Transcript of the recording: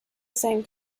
same